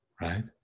right